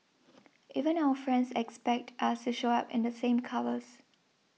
even our friends expect us to show up in the same colours